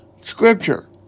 scripture